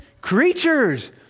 creatures